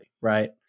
right